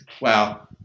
Wow